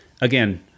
again